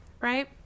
right